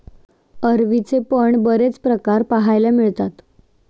अरवीचे पण बरेच प्रकार पाहायला मिळतात